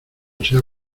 sea